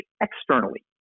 externally